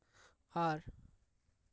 ᱟᱨ